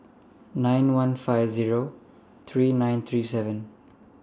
nine one five three nine three seven